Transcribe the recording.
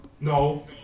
No